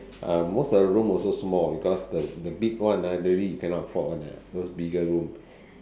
uh most of the room also small because uh the big one ah you really cannot afford one ah those bigger room